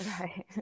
Right